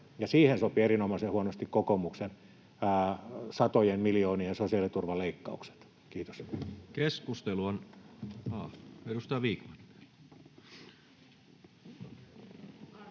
siihen sopii erinomaisen huonosti kokoomuksen satojen miljoonien sosiaaliturvaleikkaukset. — Kiitos.